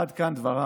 עד כאן דבריו